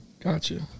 Gotcha